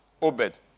Obed